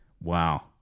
Wow